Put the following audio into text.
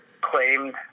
claimed